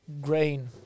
grain